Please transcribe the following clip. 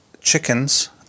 chickens